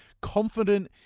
confident